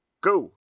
go